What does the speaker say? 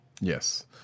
Yes